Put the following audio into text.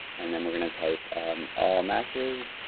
and then we're gonna type all matches